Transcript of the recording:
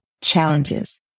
challenges